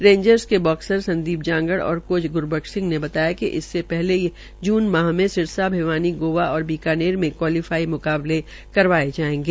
rangers के boxer Sandeep Jangra और coach Gurbaksh Singh ने बताया कि इससे पहले जून माह में सिरसा भिवानीगोवा और बीकानेर मे क्वालिंफाइंग मुकाबले करवाए जाएंगे